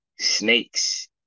snakes